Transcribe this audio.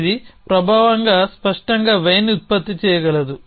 ఇది ప్రభావంగా స్పష్టంగా y ని ఉత్పత్తి చేయగలదు